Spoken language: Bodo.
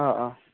अह अह